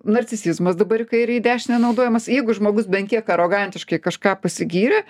narcisizmas dabar į kairę į dešinę naudojamas jeigu žmogus bent kiek arogantiškai kažką pasigyrė